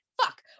fuck